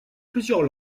plusieurs